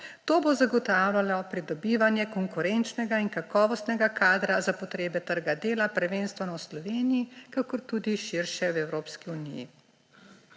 To bo zagotavljajo pridobivanje konkurenčnega in kakovostnega kadra za potrebe trga dela prvenstveno v Sloveniji kakor tudi širše v Evropski uniji.